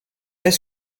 est